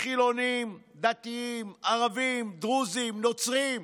חילונים, דתיים, ערבים, דרוזים, נוצרים,